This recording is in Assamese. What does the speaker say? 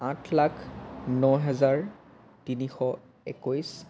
আঠ লাখ ন হেজাৰ তিনিশ একৈছ